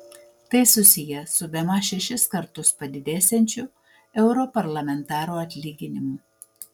tai susiję su bemaž šešis kartus padidėsiančiu europarlamentarų atlyginimu